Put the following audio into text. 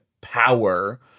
power